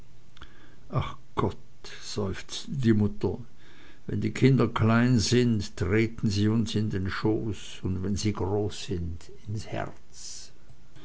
ach gott seufzte die mutter wenn die kinder klein sind treten sie uns in den schoß und wenn sie groß sind ins herz